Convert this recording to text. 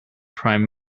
prime